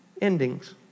endings